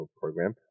program